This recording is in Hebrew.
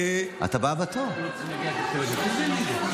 אנשים כאן יושבים שעה וחצי.